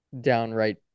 downright